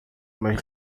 mais